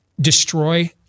destroy